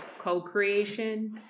co-creation